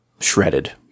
shredded